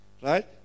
right